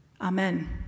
Amen